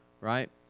Right